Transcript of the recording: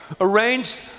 arranged